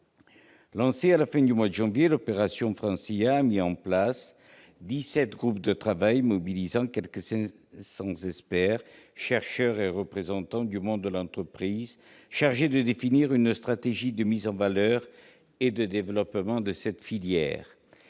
Lancée à la fin du mois de janvier, l'opération « France IA » a mis en place dix-sept groupes de travail mobilisant quelque cinq cents experts, chercheurs et représentants du monde de l'entreprise chargés de définir une stratégie de mise en valeur et de développement de cette filière.